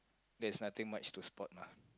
there's nothing much to spot lah